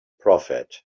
prophet